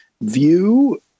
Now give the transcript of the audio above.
view